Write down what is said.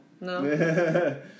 No